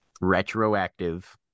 Retroactive